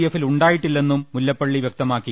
എഫിൽ ഉണ്ടായിട്ടില്ലെന്നും മുല്ലപ്പള്ളി വൃക്തമാക്കി